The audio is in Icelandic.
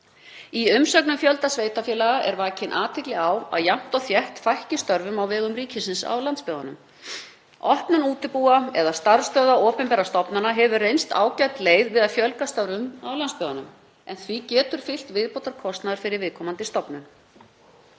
Í umsögnum fjölda sveitarfélaga er vakin athygli á að jafnt og þétt fækki störfum á vegum ríkisins í landsbyggðunum. Opnun útibúa eða starfsstöðva opinberra stofnana hefur reynst ágæt leið við að fjölga störfum í landsbyggðunum en því getur fylgt viðbótarkostnaður fyrir viðkomandi stofnun.